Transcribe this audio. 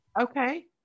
Okay